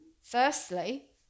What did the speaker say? firstly